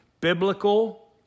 biblical